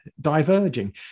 diverging